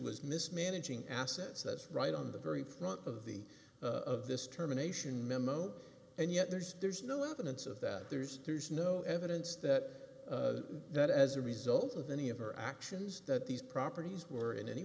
was mismanaging assets that's right on the very front of the of this terminations memo and yet there's there's no evidence of that there's no evidence that that as a result of any of her actions that these properties were in any